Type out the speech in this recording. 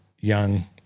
Young